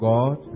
God